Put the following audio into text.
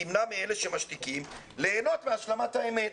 תמנע מאלה שמשתיקים ליהנות מהפנמת האמת.